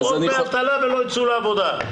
דמי אבטלה מוגדלים ולא יצאו לעבודה.